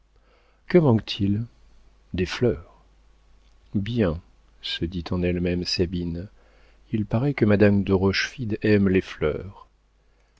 que manque-t-il des fleurs bien se dit en elle-même sabine il paraît que madame de rochefide aime les fleurs